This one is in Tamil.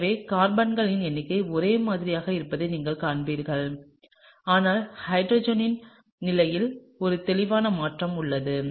எனவே கார்பன்களின் எண்ணிக்கை ஒரே மாதிரியாக இருப்பதை நீங்கள் காண்கிறீர்கள் ஆனால் ஹைட்ரஜனின் நிலையில் ஒரு தெளிவான மாற்றம் உள்ளது